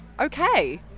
okay